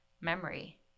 memory